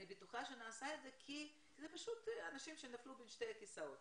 אני בטוחה שזה נעשה כי זה פשוט אנשים שנפלו בין הכיסאות